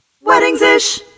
Weddings-ish